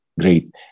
great